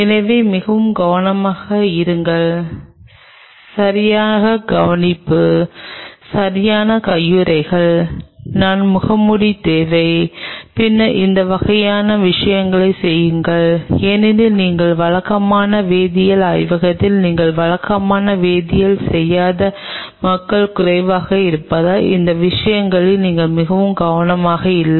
எனவே மிகவும் கவனமாக இருங்கள் சரியான கவனிப்பு சரியான கையுறைகள் நான் முகமூடி தேவை பின்னர் இந்த வகையான விஷயங்களைச் செய்யுங்கள் ஏனெனில் நீங்கள் வழக்கமான வேதியியல் ஆய்வகத்தில் நீங்கள் வழக்கமாக வேதியியல் செய்யாத மக்கள் குறைவாக இருப்பதால் இந்த விஷயங்களில் நீங்கள் மிகவும் கவனமாக இல்லை